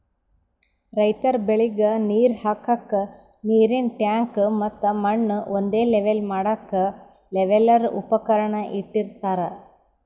ರೈತರ್ ಬೆಳಿಗ್ ನೀರ್ ಹಾಕ್ಕಕ್ಕ್ ನೀರಿನ್ ಟ್ಯಾಂಕ್ ಮತ್ತ್ ಮಣ್ಣ್ ಒಂದೇ ಲೆವೆಲ್ ಮಾಡಕ್ಕ್ ಲೆವೆಲ್ಲರ್ ಉಪಕರಣ ಇಟ್ಟಿರತಾರ್